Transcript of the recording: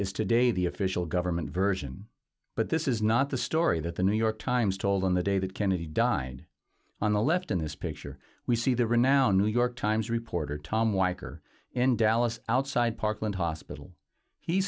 is today the official government version but this is not the story that the new york times told on the day that kennedy died on the left in this picture we see the renowned new york times reporter tom weicker in dallas outside parkland hospital he